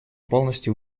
полностью